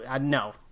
no